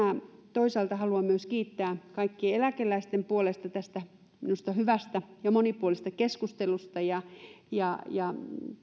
minä haluan myös kiittää kaikkien eläkeläisten puolesta tästä mielestäni hyvästä ja monipuolisesta keskustelusta ja ja kiittää